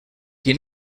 qui